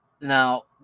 Now